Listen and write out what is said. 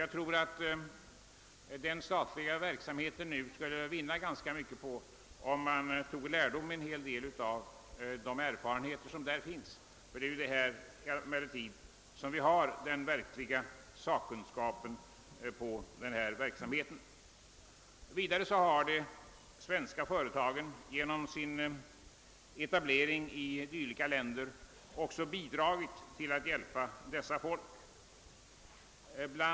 Jag tror att den statliga verksamheten nu skulle vinna ganska mycket på att man toge lärdom av de erfarenheter som därvid vunnits, eftersom det är på detta område som den verkliga sakkunskapen på detta gebit finns. Vidare har de svenska företagen genom sin etablering i dylika länder bidragit till att hjälpa dessa länders folk.